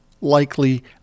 likely